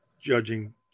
judging